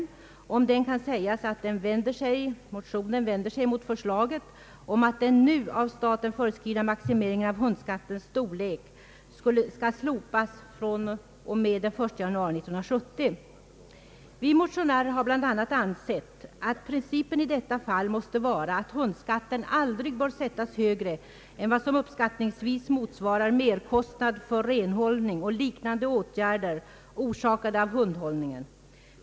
Om motionen kan sägas att den vänder sig mot förslaget om att den nu av staten föreskrivna maximeringen av hundskattens storlek skall slopas fr.o.m. den 1 januari 1970. Vi motionärer har bland annat ansett att principen i detta fall måste vara att hundskatten aldrig bör sättas högre än vad som uppskattningsvis motsvarar merkostnad för renhållning och liknande åtgärder orsakade av hundhållningen.